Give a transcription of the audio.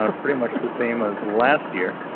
um pretty much the same as last year.